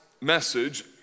message